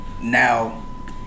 Now